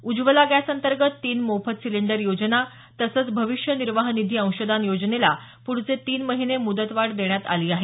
उज्ज्वला गॅसअंतर्गत तीन मोफत सिलिंडर योजना तसंच भविष्य निर्वाह निधी अंशदान योजनेला पुढचे तीन महिने मुदतवाढ देण्यात आली आहे